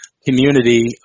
community